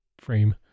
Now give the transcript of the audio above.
frame